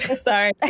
Sorry